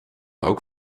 ook